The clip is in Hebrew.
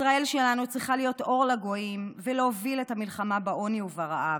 ישראל שלנו צריכה להיות אור לגויים ולהוביל את המלחמה בעוני וברעב.